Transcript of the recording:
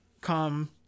Come